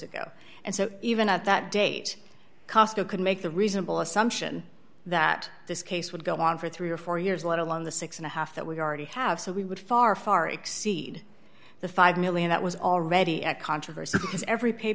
ago and so even at that date cosco could make the reasonable assumption that this case would go on for three or four years let alone the six and a half that we already have so we would far far exceed the five million that was already a controversy because every pay